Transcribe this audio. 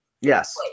Yes